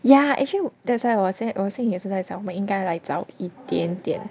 ya actually that's why 我我现在也是在想我们应该 like 早一点点